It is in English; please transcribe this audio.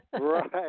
Right